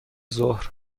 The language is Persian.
ظهر